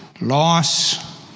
loss